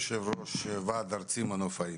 אני יושב-ראש ועד ארצי מנופאים.